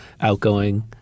outgoing